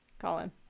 Colin